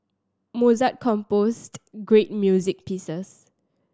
Mozart composed great music pieces